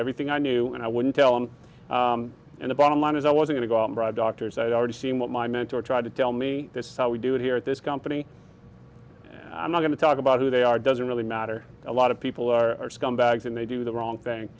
everything i knew and i wouldn't tell them and the bottom line is i was going to go abroad doctors i had already seen what my mentor tried to tell me this is how we do it here at this company and i'm not going to talk about who they are doesn't really matter a lot of people are scumbags and they do the wrong thing